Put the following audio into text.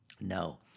No